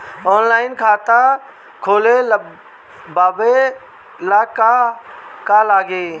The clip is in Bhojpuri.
ऑनलाइन खाता खोलबाबे ला का का लागि?